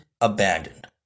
abandoned